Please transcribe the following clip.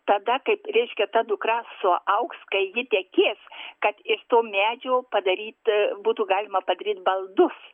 tada kaip reiškia ta dukra suaugs kai ji tekės kad iš to medžio padaryt būtų galima padaryt baldus